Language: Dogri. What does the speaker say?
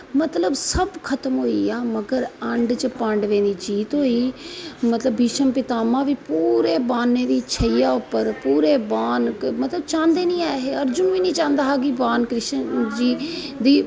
मतलब सब खत्म होई गेआ मगर ऐंड च पांडवें दी जीत होई मतलब भीष्म पितामह पु़ूरे बाणें दी शैय्या उप्पर मतलब चांहदे नेईं ऐ हे अर्जुन बी नेईं चांहदा हा कि भगवान कृष्ण दी